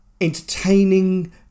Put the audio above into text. entertaining